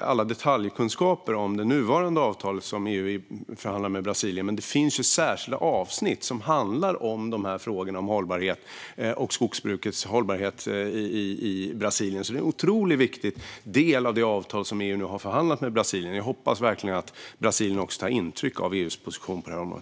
alla detaljkunskaper om det nuvarande avtalet som EU förhandlar med Brasilien. Men det finns särskilda avsnitt som handlar om frågorna om skogsbrukets hållbarhet i Brasilien. Det är en otroligt viktig del av det avtal som EU nu har förhandlat med Brasilien. Jag hoppas verkligen att Brasilien tar intryck av EU:s position på området.